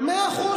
להחיל,